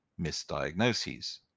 misdiagnoses